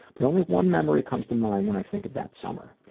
but, only one memory comes to mind when i think of that summer.